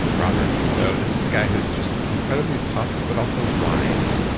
but robert. so, this is a guy who's just incredibly tough but also wise.